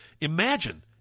Imagine